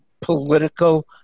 political